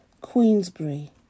Queensbury